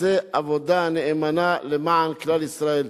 עושה עבודה נאמנה למען כלל ישראל.